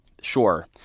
Sure